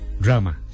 drama